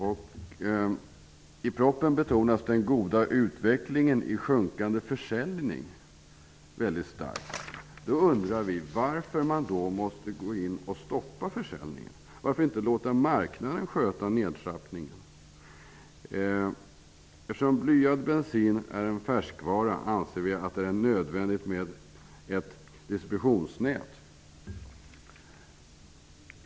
I propositionen betonas den goda utvecklingen, dvs. sjunkande försäljning, väldigt starkt. Varför måste man då gå in och stoppa försäljningen? Varför låter man inte marknaden sköta nedtrappningen? Eftersom blyad bensin är en färskvara anser vi att det är nödvändigt med ett distributionsnät.